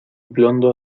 blondo